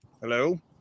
Hello